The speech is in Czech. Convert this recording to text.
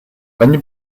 paní